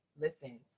listen